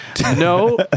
No